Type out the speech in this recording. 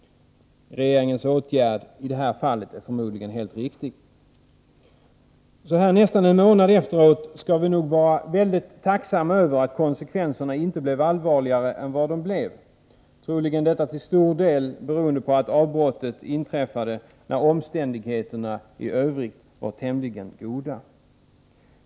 Regeringens åtgärder i detta fall är förmodligen helt riktiga. Så här nästan en månad efteråt skall vi nog vara tacksamma över att konsekvenserna inte blev allvarligare än de blev. Troligen beror detta till stor del på att avbrottet inträffade när omständigheterna i övrigt var tämligen goda.